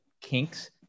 kinks